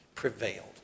Prevailed